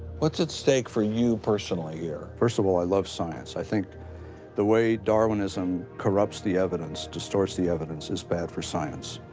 what's at stake for you, personally? first of all, i love science. i think the way darwinism corrupts the evidence, distorts the evidence, is bad for science.